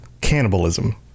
cannibalism